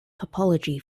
topology